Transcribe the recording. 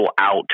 out